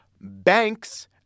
Banks